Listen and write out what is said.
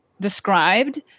described